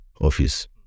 office